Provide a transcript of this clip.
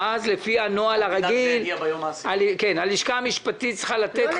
ואז לפי הנוהל הרגיל הלשכה המשפטית צריכה לתת --- אל תדאג,